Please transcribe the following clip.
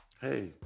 Hey